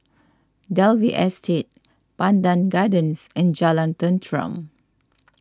Dalvey Estate Pandan Gardens and Jalan Tenteram